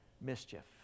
mischief